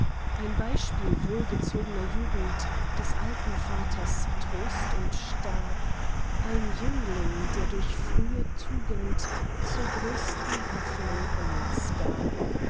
ein beispiel wohlgezogner jugend des alten vaters trost und stab ein jüngling der durch frühe tugend zur größten hoffnung anlaß gab